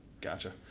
Gotcha